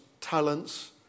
talents